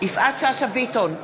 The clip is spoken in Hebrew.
יפעת שאשא ביטון,